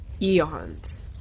eons